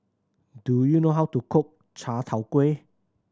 do you know how to cook chai tow kway